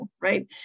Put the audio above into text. right